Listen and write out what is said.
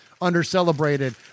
under-celebrated